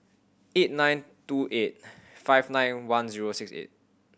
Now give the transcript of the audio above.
eight nine two eight five nine one zero six eight